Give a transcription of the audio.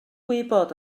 gwybod